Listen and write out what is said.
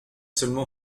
seulement